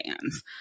fans